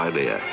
Idea